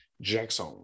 Jackson